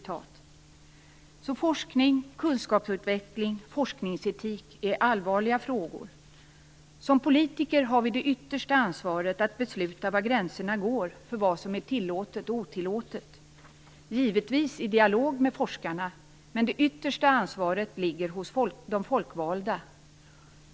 Forskning, kunskapsutveckling och forskningsetik är allvarliga frågor. Som politiker har vi det yttersta ansvaret att besluta var gränserna går för vad som är tillåtet och otillåtet - givetvis i dialog med forskarna. Men det yttersta ansvaret ligger hos de folkvalda.